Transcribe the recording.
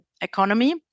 economy